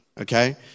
Okay